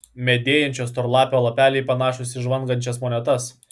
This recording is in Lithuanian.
medėjančiojo storlapio lapeliai panašūs į žvangančias monetas